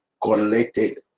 collected